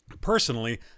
personally